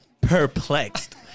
perplexed